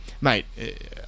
mate